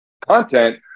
Content